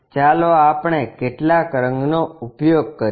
ચાલો આપણે કેટલાક રંગનો ઉપયોગ કરીએ